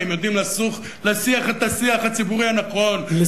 כי הם יודעים להשיח את השיח הציבורי הנכון,